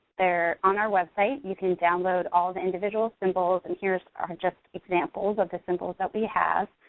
there on our website you can download all the individual symbols and here are just examples of the symbols that we have,